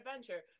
adventure